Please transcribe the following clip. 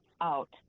out